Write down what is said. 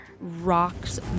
Rocks